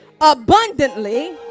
abundantly